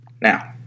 Now